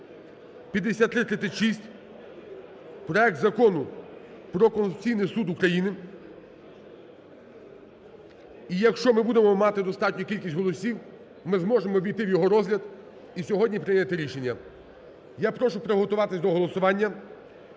5356 проект Закону про Конституційний Суд України. І якщо ми будемо мати достатню кількість голосів, ми зможемо увійти в його розгляд і сьогодні прийняти рішення. Я прошу приготуватись до голосування,